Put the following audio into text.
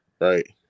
Right